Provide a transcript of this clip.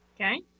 okay